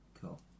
cool